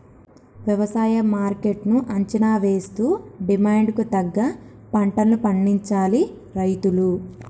వ్యవసాయ మార్కెట్ ను అంచనా వేస్తూ డిమాండ్ కు తగ్గ పంటలను పండించాలి రైతులు